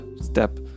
step